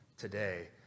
Today